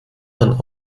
man